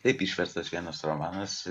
taip išverstas vienas romanas